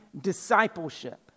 discipleship